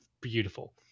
beautiful